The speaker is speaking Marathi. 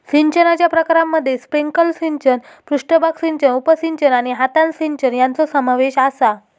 सिंचनाच्या प्रकारांमध्ये स्प्रिंकलर सिंचन, पृष्ठभाग सिंचन, उपसिंचन आणि हातान सिंचन यांचो समावेश आसा